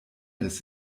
des